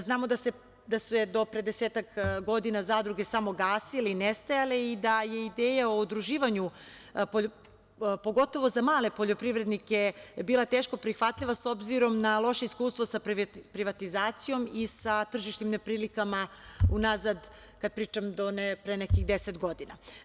Znamo da su se do pre desetak godina zadruge samo gasile i nestajale, i da je ideja o udruživanju, pogotovo za male poljoprivrednike, bila teško prihvatljiva, s obzirom na loše iskustvo sa privatizacijom i sa tržišnim neprilikama unazad kada pričam do pre nekih 10 godina.